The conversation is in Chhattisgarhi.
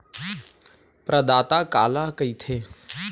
प्रदाता काला कइथे?